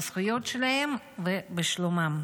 בזכויות שלהם ובשלומם.